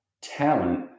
talent